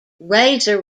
razor